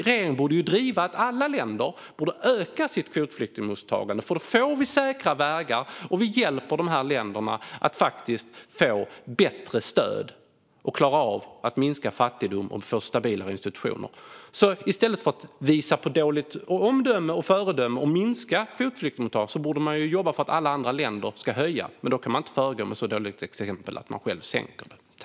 Regeringen borde därför driva att alla länder ska öka sitt kvotflyktingmottagande, för då får vi säkra vägar och hjälper de här länderna att få bättre stöd, klara av att minska fattigdom och få stabilare institutioner. I stället för att visa på dåligt omdöme och vara ett dåligt föredöme genom att minska kvotflyktingmottagandet borde man ju jobba för att alla andra länder ska höja det. Men då kan man inte föregå med så dåligt exempel att man själv sänker det.